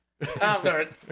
start